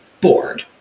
bored